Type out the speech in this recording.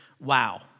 wow